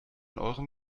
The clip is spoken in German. eurem